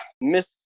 miss